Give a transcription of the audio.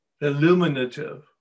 illuminative